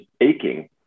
aching